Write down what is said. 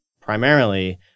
primarily